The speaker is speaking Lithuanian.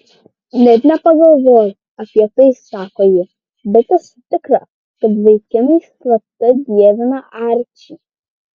net nepagalvojau apie tai sako ji bet esu tikra kad vaikinai slapta dievina arčį